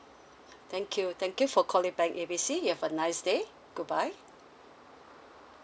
thank you thank you for calling bank A B C you have a nice day goodbye